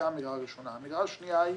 אמירה שנייה היא,